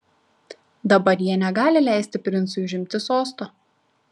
dabar jie negali leisti princui užimti sosto